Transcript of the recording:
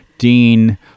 Dean